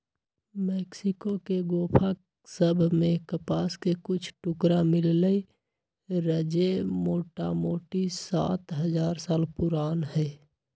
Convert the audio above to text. Mexico के गोफा सभ में कपास के कुछ टुकरा मिललइ र जे मोटामोटी सात हजार साल पुरान रहै